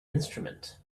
instrument